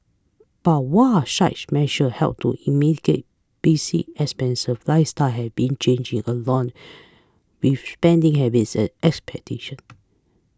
but while such measure help to basic expenses lifestyle have been changing along with spending habits and expectation